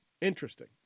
Interesting